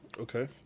Okay